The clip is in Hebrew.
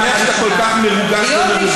אני שמח שאתה כל כך מרוגז ומרוגש.